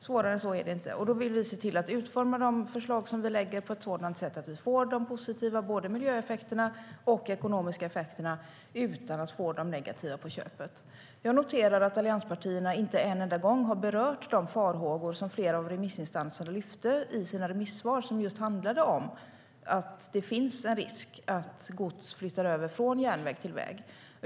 Svårare än så är det inte. Vi vill se till att utforma de förslag som vi lägger fram på ett sådant sätt att vi får både de positiva miljöeffekterna och de ekonomiska effekterna utan att få de negativa effekterna på köpet. Jag noterar att allianspartierna inte en enda gång har berört de farhågor som flera av remissinstanserna lyfte fram i sina remissvar. De handlade just om att det finns en risk att gods flyttar över från järnväg till väg.